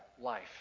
life